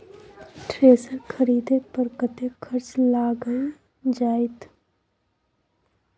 Thresher खरीदे पर कतेक खर्च लाईग जाईत?